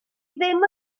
ddim